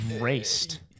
raced